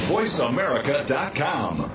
VoiceAmerica.com